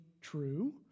true